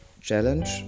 challenge